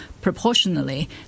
proportionally